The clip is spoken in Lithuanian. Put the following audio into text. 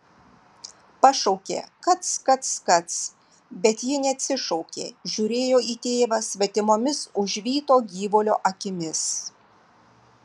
pašaukė kac kac kac bet ji neatsišaukė žiūrėjo į tėvą svetimomis užvyto gyvulio akimis